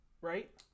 right